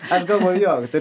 aš galvoju jo taip